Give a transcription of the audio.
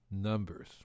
numbers